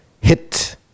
hit